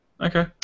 Okay